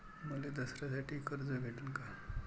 मले दसऱ्यासाठी कर्ज भेटन का?